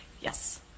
Yes